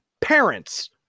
parents